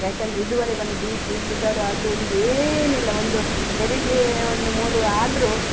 ಏಕೆಂದ್ರೆ ಇದುವರೆಗೊಂದು B P sugar ಅದು ಇದು ಏನಿಲ್ಲ ಒಂದು ಹೆರಿಗೆ ಒಂದು ಮೂರು ಆದರೂ